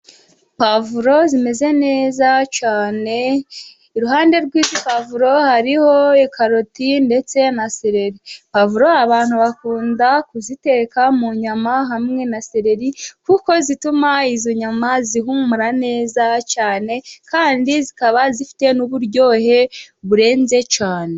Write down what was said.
Puwavuro zimeze neza cyane, iruhande rw'izi puwavuro hariho karoti ndetse na seleri. Puwavuro abantu bakunda kuziteka mu nyama hamwe na seleri, kuko zituma izo nyama zihumura neza cyane kandi zikaba zifite n'uburyohe burenze cyane.